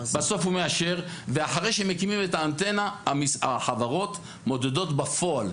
בסוף הוא מאשר ואחרי שמקימים את האנטנה החברות מודדות בפועל.